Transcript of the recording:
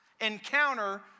encounter